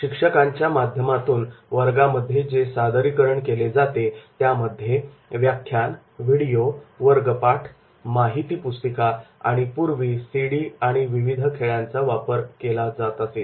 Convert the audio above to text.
शिक्षकांच्या माध्यमातून वर्गामध्ये जे सादरीकरण केले जाते त्यामध्ये व्याख्यान व्हिडिओ वर्गपाठ माहिती पुस्तिका आणि पूर्वी सिडी आणि विविध खेळांचा वापर केला जातो